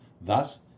Thus